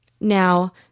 now